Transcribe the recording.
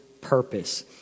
purpose